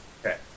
okay